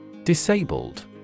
Disabled